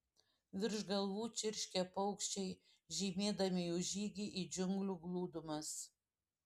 virš galvų čirškė paukščiai žymėdami jų žygį į džiunglių glūdumas